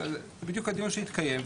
בדיוק הדיון שהתקיים.